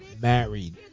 married